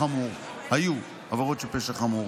ואלה היו עבירות של פשע חמור.